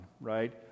right